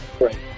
Right